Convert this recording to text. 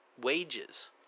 wages